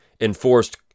enforced